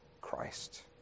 Christ